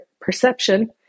perception